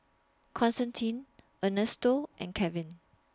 Constantine Ernesto and Kevin